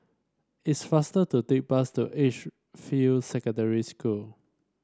it's faster to take bus to Edgefield Secondary School